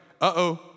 uh-oh